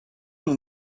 then